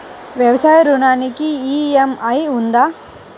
వ్యవసాయ ఋణానికి ఈ.ఎం.ఐ ఉందా?